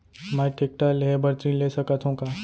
मैं टेकटर लेहे बर ऋण ले सकत हो का?